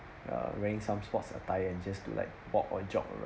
ya wearing some sports attire and just to like walk or jog around